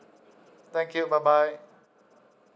thank you bye bye